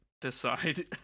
decide